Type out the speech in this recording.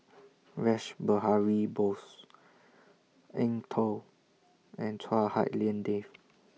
Rash Behari Bose Eng Tow and Chua Hak Lien Dave